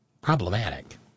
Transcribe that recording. problematic